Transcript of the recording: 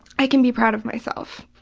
i can be proud of myself.